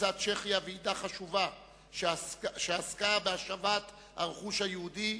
כינסה צ'כיה ועידה חשובה שעסקה בהשבת הרכוש היהודי,